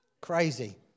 Crazy